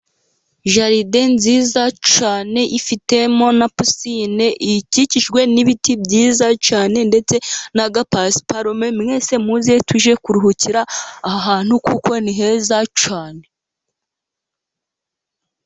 Jalide nziza cyane ifitemo na pisine ikikijwe n'ibiti byiza cyane ndetse na gapasiparume mwese muze tujye kuruhukira aha hantu kuko ni heza cyane.